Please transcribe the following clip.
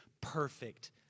perfect